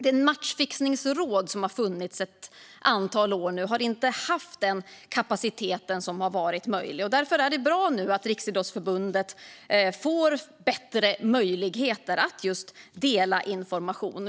Det matchfixningsråd som har funnits i ett antal år har inte haft tillräcklig kapacitet. Därför är det bra att Riksidrottsförbundet får bättre möjlighet att dela information.